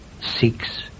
seeks